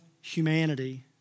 humanity